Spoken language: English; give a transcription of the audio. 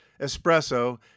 espresso